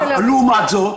לעומת זה,